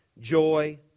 joy